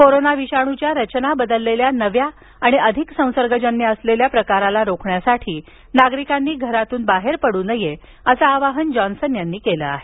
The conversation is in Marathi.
कोरोना विषाणूच्या रचना बदललेल्या नव्या आणि अधिक संसर्गजन्य असलेल्या प्रकाराला रोखण्यासाठी नागरिकांनी घरातून बाहेर पडू नये असं आवाहन जॉन्सन यांनी केलं आहे